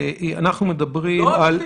ישראל מאותגרת בצורכי ביטחון,